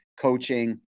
coaching